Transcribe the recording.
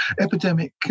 epidemic